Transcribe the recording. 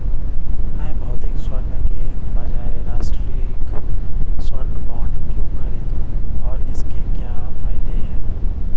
मैं भौतिक स्वर्ण के बजाय राष्ट्रिक स्वर्ण बॉन्ड क्यों खरीदूं और इसके क्या फायदे हैं?